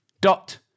dot